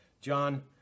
John